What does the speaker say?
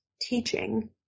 teaching